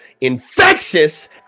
infectious